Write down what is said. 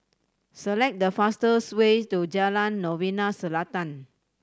select the fastest way to Jalan Novena Selatan